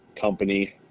company